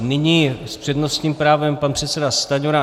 Nyní s přednostním právem pan předseda Stanjura.